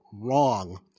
wrong